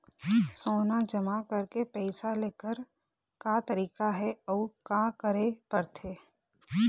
सोना जमा करके पैसा लेकर का तरीका हे अउ का करे पड़थे?